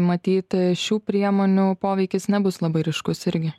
matyt šių priemonių poveikis nebus labai ryškus irgi